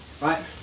right